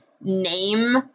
name